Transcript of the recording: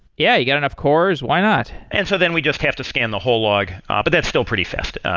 yeah, you got enough cores. why not? and so then we just have to scan the whole log, ah but that's still pretty fast.